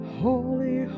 holy